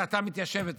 דעתם מתיישבת עליהם.